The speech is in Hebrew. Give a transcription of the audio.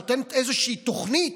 נותנת איזושהי תוכנית?